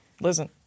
listen